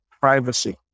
privacy